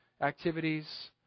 activities